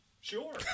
Sure